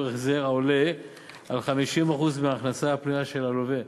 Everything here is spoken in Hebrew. החזר העולה על 50% מההכנסה הפנויה של הלווה.